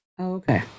Okay